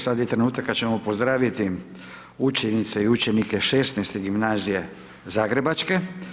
Sada je trenutak kada ćemo pozdraviti učenice i učenike 16. gimnazije zagrebačke.